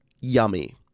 yummy